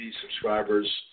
subscribers